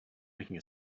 making